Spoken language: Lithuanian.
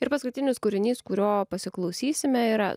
ir paskutinis kūrinys kurio pasiklausysime yra